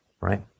right